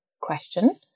question